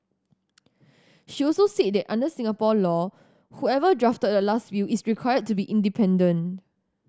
she also said that under Singapore law whoever drafted the last will is required to be independent